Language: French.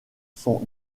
sont